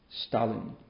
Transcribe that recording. Stalin